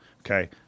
Okay